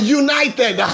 united